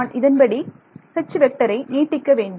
நான் இதன்படி ஐ நீட்டிக்க வேண்டும்